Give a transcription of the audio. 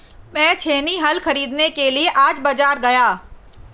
मैं छेनी हल खरीदने के लिए आज बाजार गया